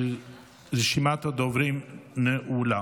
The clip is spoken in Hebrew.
רשימת הדוברים נעולה.